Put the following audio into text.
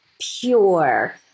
pure